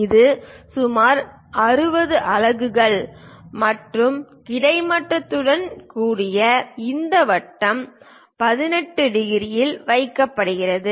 இது சுமார் 60 அலகுகள் மற்றும் கிடைமட்டத்துடன் கூடிய இந்த வட்டம் 18 டிகிரியில் வைக்கப்படுகிறது